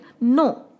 No